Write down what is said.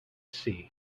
sea